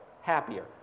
happier